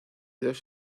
dos